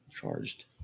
charged